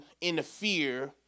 interfere